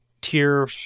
tier